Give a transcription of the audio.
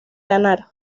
ganar